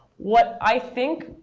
what i think,